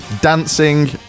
dancing